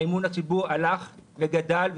אימון הציבור הלך וגדל,